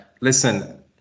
listen